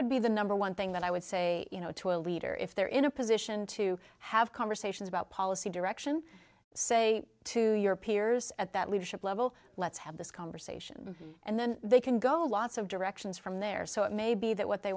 would be the number one thing that i would say you know to a leader if they're in a position to have conversations about policy direction say to your peers at that leadership level let's have this conversation and then they can go lots of directions from there so it may be that what they